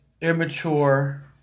immature